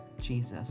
Jesus